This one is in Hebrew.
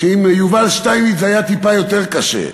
שעם יובל שטייניץ זה היה טיפה יותר קשה.